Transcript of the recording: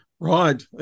Right